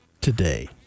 today